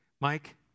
Mike